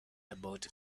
about